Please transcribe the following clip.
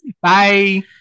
Bye